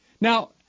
Now